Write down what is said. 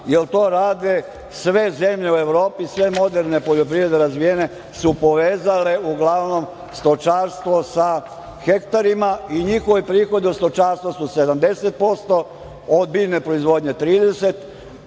jer to rade sve zemlje u Evropi, sve moderne razvijene poljoprivrede su povezale uglavnom stočarstvo sa hektarima i njihovi prihodi od stočarstva su 70%, od biljne proizvodnje 30,